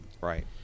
Right